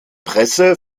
presse